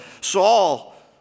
Saul